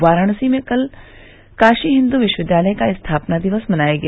वाराणसी में कल काशी हिन्दू विश्वविद्यालय का स्थापना दिवस मनाया गया